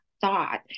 Thought